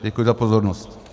Děkuji za pozornost.